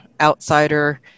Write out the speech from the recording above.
outsider